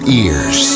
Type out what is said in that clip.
ears